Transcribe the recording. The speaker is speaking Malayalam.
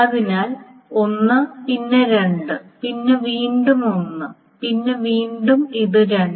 അതിനാൽ 1 പിന്നെ 2 പിന്നെ വീണ്ടും 1 പിന്നെ വീണ്ടും ഇത് 2